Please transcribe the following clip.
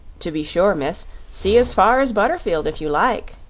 to be sure, miss see as far as butterfield, if you like,